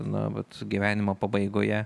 na vat gyvenimo pabaigoje